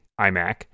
iMac